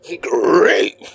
Great